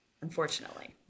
Unfortunately